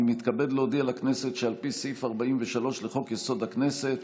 אני מתכבד להודיע לכנסת שעל פי סעיף 43 לחוק-יסוד: הכנסת,